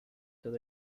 that